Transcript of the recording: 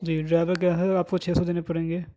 جی driver کہہ رہا ہے آپ کو چھ سو دینے پڑیں گے